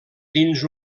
dins